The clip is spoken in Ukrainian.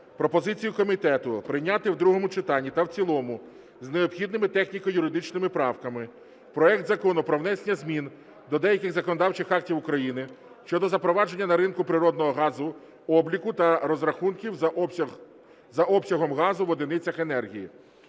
пропозицію комітету прийняти у другому читанні та в цілому з необхідними техніко-юридичними правками проект Закону про внесення змін до деяких законодавчих актів України щодо запровадження на ринку природного газу обліку та розрахунків за обсягом газу в одиницях енергії